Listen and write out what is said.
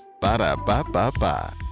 Ba-da-ba-ba-ba